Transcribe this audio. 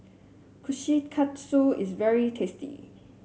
Kushikatsu is very tasty